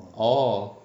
orh